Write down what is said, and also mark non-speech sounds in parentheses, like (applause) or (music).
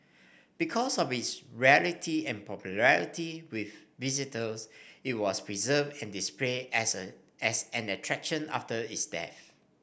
because of its rarity and popularity with visitors it was preserved and displayed as (unintelligible) as an attraction after its death